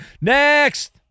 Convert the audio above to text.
next